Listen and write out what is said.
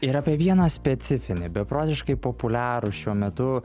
ir apie vieną specifinį beprotiškai populiarų šiuo metu